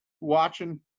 watching